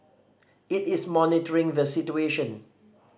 it is monitoring the situation